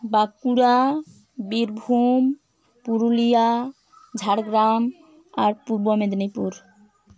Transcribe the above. ᱵᱟᱸᱠᱩᱲᱟ ᱵᱤᱨᱵᱷᱩᱢ ᱯᱩᱨᱩᱞᱤᱭᱟ ᱡᱷᱟᱲᱜᱨᱟᱢ ᱟᱨ ᱯᱩᱨᱵᱚ ᱢᱮᱫᱽᱱᱤᱯᱩᱨ